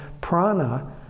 prana